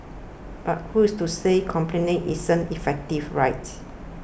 but who's to say complaining isn't effective right